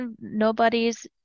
nobody's